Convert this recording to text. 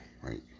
right